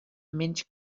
menys